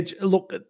Look